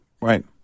right